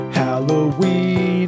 halloween